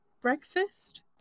breakfast